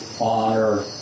honor